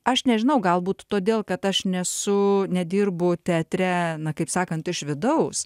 aš nežinau galbūt todėl kad aš nesu nedirbu teatre na kaip sakant iš vidaus